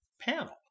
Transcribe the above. panel